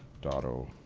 dotto